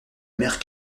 mère